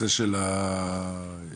הנושא הזה הפך להיות